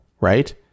right